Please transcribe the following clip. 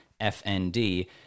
FND